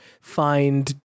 find